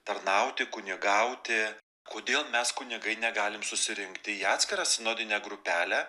tarnauti kunigauti kodėl mes kunigai negalim susirinkti į atskirą sinodinę grupelę